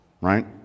right